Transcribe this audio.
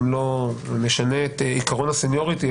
אם לא נשנה את עקרון הסניוריטי,